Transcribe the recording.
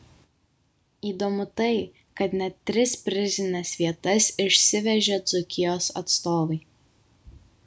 įdomu tai kad net tris prizines vietas išsivežė dzūkijos atstovai